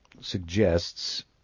suggests